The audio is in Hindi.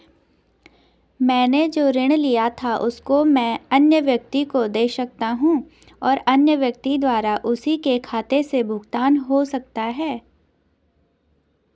मैंने जो ऋण लिया था उसको मैं अन्य व्यक्ति को दें सकता हूँ और अन्य व्यक्ति द्वारा उसी के खाते से भुगतान हो सकता है?